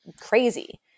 crazy